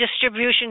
distribution